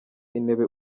intebe